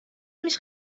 mich